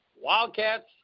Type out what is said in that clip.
Wildcats